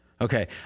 Okay